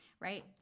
right